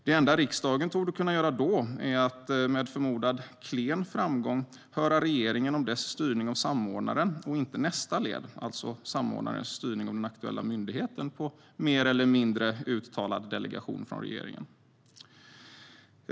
Det enda riksdagen torde kunna göra då är att, förmodligen med klen framgång, höra regeringen om dess styrning av samordnaren men inte om nästa led, alltså samordnarens styrning av den aktuella myndigheten på mer eller mindre uttalad delegation från regeringen.